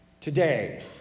today